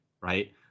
right